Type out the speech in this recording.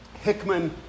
Hickman